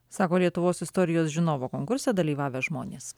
sako lietuvos istorijos žinovo konkurse dalyvavę žmonės